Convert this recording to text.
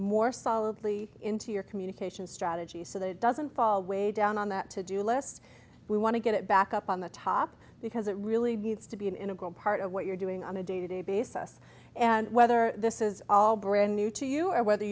more solidly into your communication strategy so that it doesn't fall way down on that to do list we want to get it back up on the top because it really needs to be an integral part of what you're doing on a day to day basis and whether this is all brand new to you or whether